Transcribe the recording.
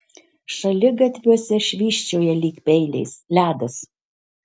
šaligatviuose švysčioja lyg peiliais ledas